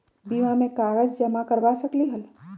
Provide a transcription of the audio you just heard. बीमा में कागज जमाकर करवा सकलीहल?